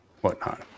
whatnot